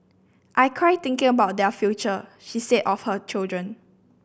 I cry thinking about their future she said of her children